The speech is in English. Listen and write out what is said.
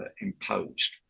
imposed